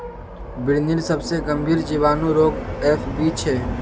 बिर्निर सबसे गंभीर जीवाणु रोग एफ.बी छे